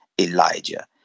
Elijah